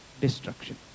destruction